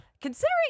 Considering